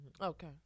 Okay